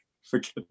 forget